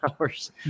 hours